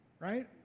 right